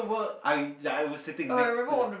I I was sitting next to